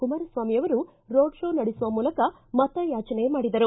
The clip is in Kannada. ಕುಮಾರಸ್ವಾಮಿ ಅವರು ರೋಡ್ ಶೋ ನಡೆಸುವ ಮೂಲಕ ಮತಯಾಚನೆ ಮಾಡಿದರು